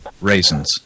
raisins